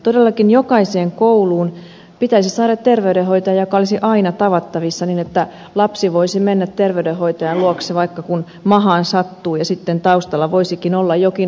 todellakin jokaiseen kouluun pitäisi saada terveydenhoitaja joka olisi aina tavattavissa niin että lapsi voisi mennä terveydenhoitajan luokse vaikka silloin kun mahaan sattuu ja sitten taustalla voisikin olla jokin muu huoli